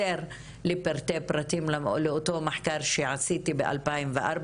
לפרטי פרטים לאותו מחקר שעשיתי ב-2004,